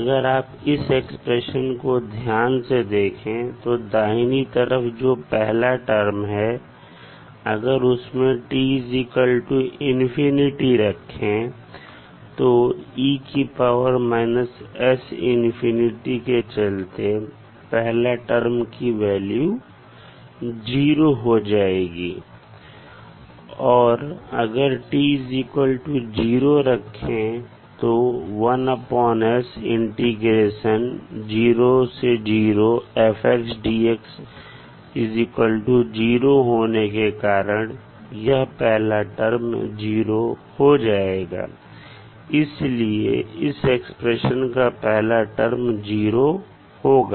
अगर आप इस एक्सप्रेशन को ध्यान से देखें तो दाहिनी तरफ जो पहला टर्म है अगर उसमें t ∞ रखें तो e−s∞ के चलते पहला टर्म की वैल्यू 0 हो जाएगी और अगर t0 रखें तो होने के कारण यह पहला टर्म 0 हो जाएगा इसलिए इस एक्सप्रेशन का पहला टर्म 0 होगा